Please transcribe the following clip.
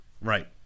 Right